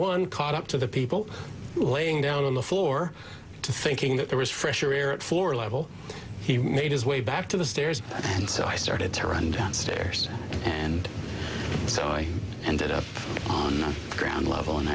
one caught up to the people laying down on the floor to thinking that there was fresher air at floor level he made his way back to the stairs and so i started to run down stairs and so i ended up on the ground level and